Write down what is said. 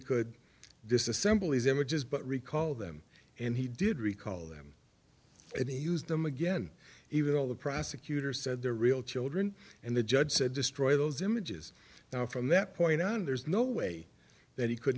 could disassemblies images but recall them and he did recall them and he used them again even though the prosecutor said they're real children and the judge said destroy those images now from that point on there's no way that he could